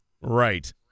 Right